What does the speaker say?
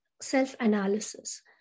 self-analysis